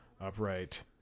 Upright